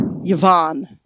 Yvonne